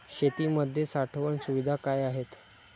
शेतीमध्ये साठवण सुविधा काय आहेत?